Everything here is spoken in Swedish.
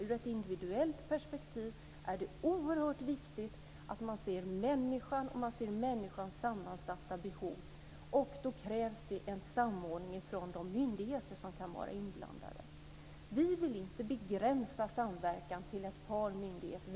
Ur ett individuellt perspektiv är det oerhört viktigt att man ser människan och ser människans sammansatta behov. Då krävs det en samordning från de myndigheter som kan vara inblandade. Vi vill inte begränsa samverkan till ett par myndigheter.